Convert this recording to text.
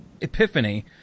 epiphany